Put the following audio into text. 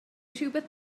rywbeth